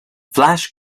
flash